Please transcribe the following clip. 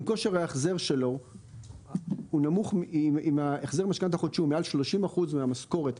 אם החזר המשכנתא החודשי הוא מעל 30% מהמשכורת,